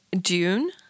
Dune